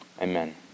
Amen